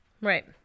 Right